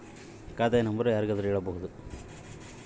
ನನ್ನ ಖಾತೆಯ ನಂಬರ್ ಎಲ್ಲರಿಗೂ ಹೇಳಬಹುದಾ ಸರ್?